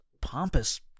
pompous